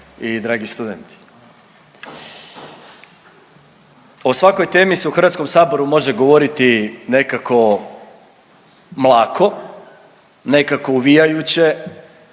i dragi studenti, o svakoj temi se u Hrvatskom saboru može govoriti nekako mlako, nekako uvijajuće,